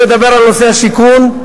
ומדבר על נושא השיכון,